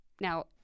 Now